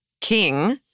King